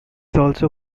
also